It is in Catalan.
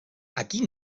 aquí